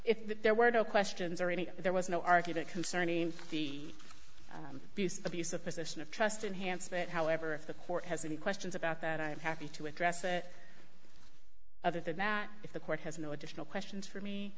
if there were no questions or any there was no argument concerning the abuse a position of trust in hansford however if the court has any questions about that i'm happy to address it other than that if the court has no additional questions for me